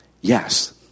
Yes